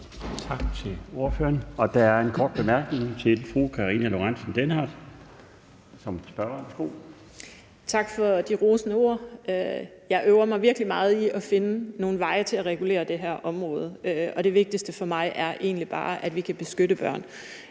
til fru Karina Lorentzen Dehnhardt. Værsgo. Kl. 16:18 Karina Lorentzen Dehnhardt (SF): Tak for de rosende ord. Jeg øver mig virkelig meget i at finde nogle veje til at regulere det her område, og det vigtigste for mig er egentlig bare, at vi kan beskytte børn.